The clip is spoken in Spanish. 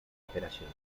operación